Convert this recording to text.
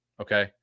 okay